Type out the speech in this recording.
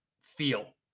feel